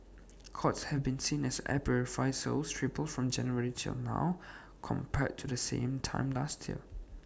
courts has been seen as air purifier sales triple from January till now compared to the same time last year